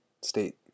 state